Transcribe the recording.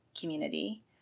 community